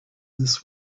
this